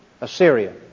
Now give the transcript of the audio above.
Assyria